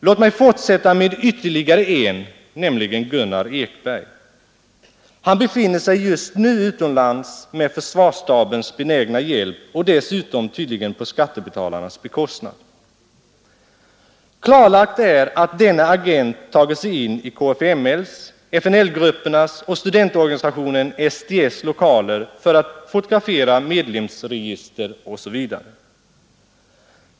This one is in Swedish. Låt mig fortsätta med ytterligare en, Gunnar Ekberg. Han befinner sig just nu utomlands med försvarsstabens benägna hjälp och dessutom tydligen på skattebetalarnas bekostnad. Klarlagt är att denne agent tagit sig in i KFML:s, FNL-gruppernas och studentorganisationen SDS:s lokaler för att fotografera medlemsregister osv.